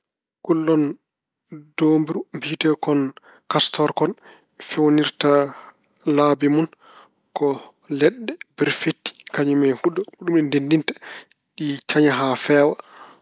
Kullel, doomburu mbiyeteekon kastor kon feewnirta laabi mun ko leɗɗe, berfetti, kañum e huɗo. Ko ɗum ɗi ndenndinta, ɗi caña haa feewa.